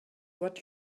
what